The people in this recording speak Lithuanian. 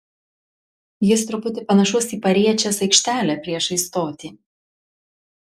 jis truputį panašus į pariečės aikštelę priešais stotį